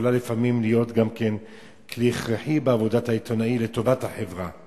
יכולה לפעמים להיות גם כלי הכרחי בעבודת העיתונאי לטובת החברה.